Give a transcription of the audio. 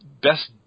best